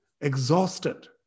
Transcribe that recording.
exhausted